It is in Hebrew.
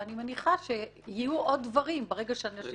ואני מניחה שיהיו עוד דברים ברגע ש...